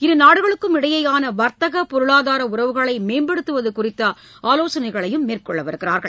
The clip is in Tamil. இருநாடுகளுக்கு இடையேயான வர்த்தக பொருளாதார உறவுகளை மேம்படுத்துவது குறித்த ஆலோசனைகளையும் மேற்கொள்கின்றனர்